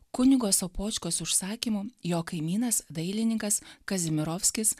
kunigo sopočkos užsakymu jo kaimynas dailininkas kazimirovskis